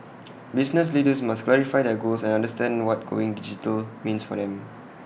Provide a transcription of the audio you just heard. business leaders must clarify their goals and understand what going digital means for them